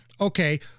okay